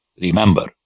Remember